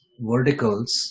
verticals